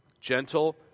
Gentle